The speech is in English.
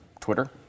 Twitter